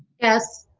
yes.